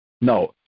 no